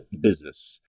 business